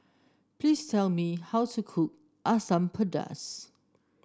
please tell me how to cook Asam Pedas